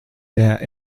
der